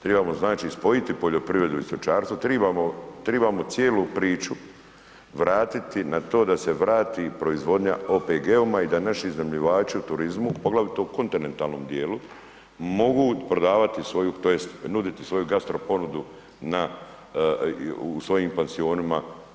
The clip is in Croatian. Tribamo znači spojiti poljoprivredu i stočarstvo, tribamo, tribamo cijelu priču vratiti na to da se vrati proizvodnja OPG-ovima i da naši iznajmljivači u turizmu poglavito u kontinetalnom dijelu mogu prodavati svoju tj. nuditi svoju gastro ponudu na u svojim pansionima.